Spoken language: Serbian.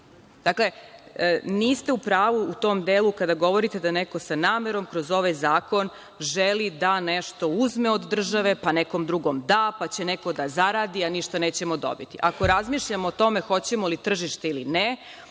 Dakle, niste u pravu u tom delu kada govorite da neko sa namerom kroz ovaj zakon želi da nešto uzme od države, pa nekom drugom da, pa će neko da zaradi, a ništa nećemo dobiti. Ako razmišljamo o tome hoćemo li tržište ili ne,